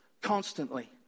constantly